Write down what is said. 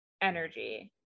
energy